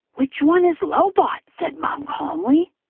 which one is lobot? but said mom calmly.